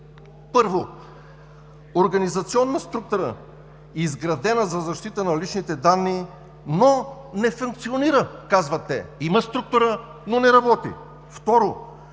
„1. Организационна структура, изградена за защита на личните данни, но не функционира – казват те. Има структура, но не работи. 2.